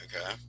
Okay